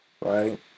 Right